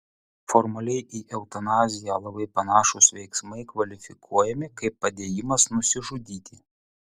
formaliai į eutanaziją labai panašūs veiksmai kvalifikuojami kaip padėjimas nusižudyti